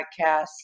podcasts